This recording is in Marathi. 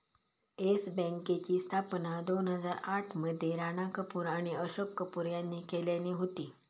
येस बँकेची स्थापना दोन हजार आठ मध्ये राणा कपूर आणि अशोक कपूर यांनी केल्यानी होती